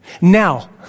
Now